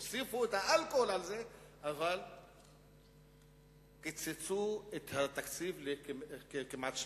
הוסיפו את האלכוהול הזה אבל קיצצו את התקציב לכמעט שליש.